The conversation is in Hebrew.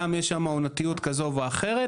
גם יש שם עונתיות כזאת או אחרת,